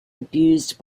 abused